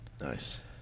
Nice